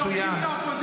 מצוין.